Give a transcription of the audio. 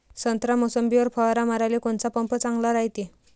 संत्रा, मोसंबीवर फवारा माराले कोनचा पंप चांगला रायते?